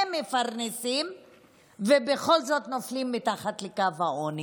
מפרנסים ובכל זאת נופלים מתחת לקו העוני,